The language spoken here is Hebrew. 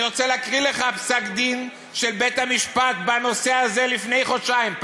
אני רוצה להקריא לך פסק-דין של בית-המשפט בנושא הזה מלפני חודשיים,